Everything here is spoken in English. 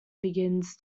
begins